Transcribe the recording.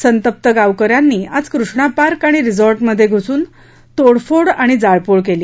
संतप्त गावकरयांनी आज कृष्णा पार्क आणि रिसोर्ट मध्ये घुसुन तोडफोड जाळपोळ केली